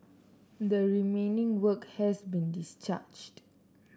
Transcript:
the remaining worker has been discharged